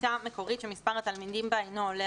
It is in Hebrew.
בכיתה מקורית שמספר התלמידים בה אינו עולה